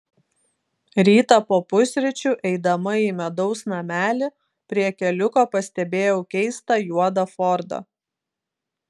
rytą po pusryčių eidama į medaus namelį prie keliuko pastebėjau keistą juodą fordą